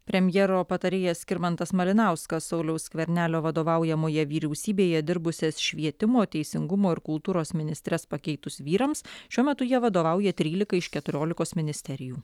premjero patarėjas skirmantas malinauskas sauliaus skvernelio vadovaujamoje vyriausybėje dirbusias švietimo teisingumo ir kultūros ministres pakeitus vyrams šiuo metu jie vadovauja trylikai iš keturiolikos ministerijų